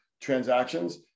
transactions